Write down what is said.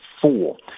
four